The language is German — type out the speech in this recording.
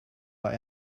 war